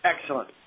Excellent